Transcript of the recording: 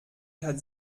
hat